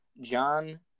John